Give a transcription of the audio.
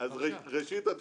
ראשית,